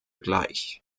gleich